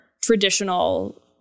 traditional